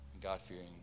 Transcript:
God-fearing